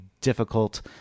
difficult